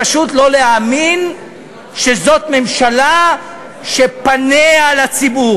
פשוט לא להאמין שזאת ממשלה שפניה לציבור.